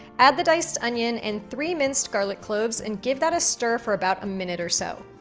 add the diced onion and three minced garlic cloves and give that a stir for about a minute or so.